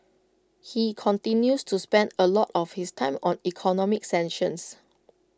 he continues to spend A lot of his time on economic sanctions